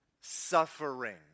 Suffering